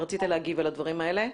רצית להגיב לדברים האלה,